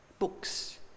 books